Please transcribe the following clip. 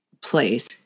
place